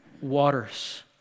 waters